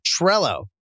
Trello